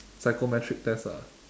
psychometric test ah